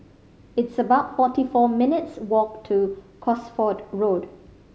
it's about forty four minutes' walk to Cosford Road